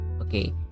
okay